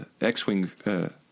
X-wing